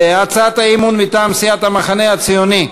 הצעת האי-אמון מטעם סיעת המחנה הציוני,